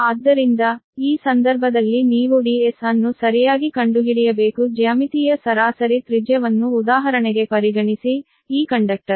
ಆದ್ದರಿಂದ ಈ ಸಂದರ್ಭದಲ್ಲಿ ನೀವು Ds ಅನ್ನು ಸರಿಯಾಗಿ ಕಂಡುಹಿಡಿಯಬೇಕು ಜ್ಯಾಮಿತೀಯ ಸರಾಸರಿ ತ್ರಿಜ್ಯವನ್ನು ಉದಾಹರಣೆಗೆ ಪರಿಗಣಿಸಿ ಈ ಕಂಡಕ್ಟರ್